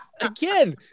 again